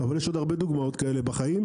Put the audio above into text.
אבל יש עוד הרבה דוגמאות כאלה בחיים,